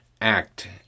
act